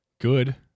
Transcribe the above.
good